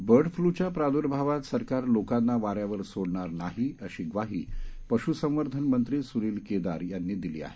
bird फ्ल्यूच्या प्रादूर्भावात सरकार लोकांना वाऱ्यावर सोडणार नाही अशी ग्वाहीपशूसंवर्धन मंत्री सुनील केदार यांनी दिली आहे